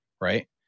right